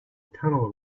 tunnel